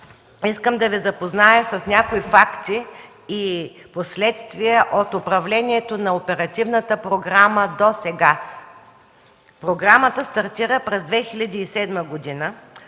искам да Ви запозная с някои факти и последствия от управлението на оперативната програма досега. Програмата стартира през 2007 г.